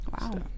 wow